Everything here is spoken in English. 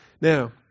now